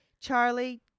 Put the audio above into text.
Charlie